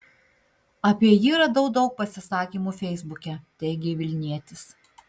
apie jį radau daug pasisakymų feisbuke teigė vilnietis